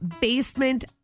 Basement